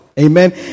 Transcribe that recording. Amen